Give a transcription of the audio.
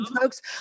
folks